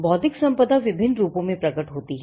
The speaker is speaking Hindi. बौद्धिक संपदा विभिन्न रूपों में प्रकट होती है